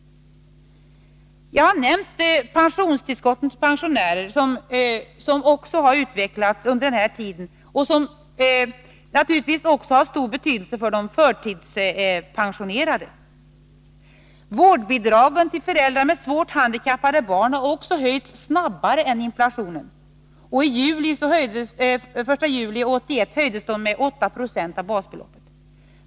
Jag har nämnt pensionstillskotten till pensionärer, som också har utvecklats under denna tid och som naturligtvis också har stor betydelse för de förtidspensionerade. Vårdbidragen till föräldrar med svårt handikappade barn har också höjts snabbare än inflationen. Den 1 juli 1981 höjdes de med 8 26 av basbeloppet.